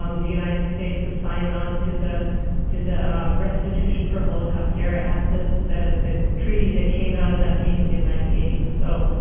the united states has signed on to the to the restitution for holocaust era assets, the the treaty that came out of that meeting in ninety eight. so,